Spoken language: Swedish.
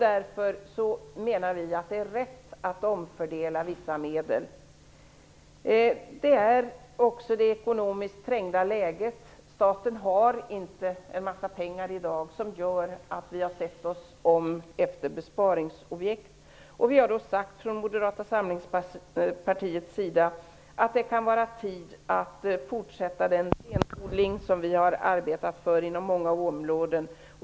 Därför menar vi att det är rätt att omfördela vissa medel. Det ekonomiskt trängda läget - staten har inte mycket pengar i dag - har också inneburit att vi har sett oss om efter besparingsobjekt. Vi i Moderata samlingspartiet har sagt att det kan vara tid att fortsätta den renodling som vi har arbetat för inom många områden.